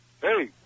Hey